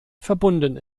verbunden